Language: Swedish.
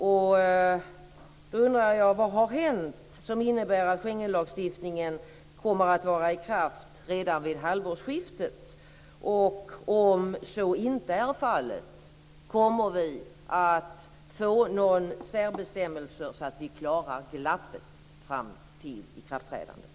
Då undrar jag: Vad har hänt som innebär att Schengenlagstiftningen kommer att vara i kraft redan vid halvårsskiftet? Om så inte är fallet: Kommer vi att få särbestämmelser så att vi klarar glappet fram till ikraftträdandet?